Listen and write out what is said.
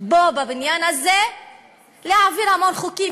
פה בבניין הזה להעביר המון חוקים.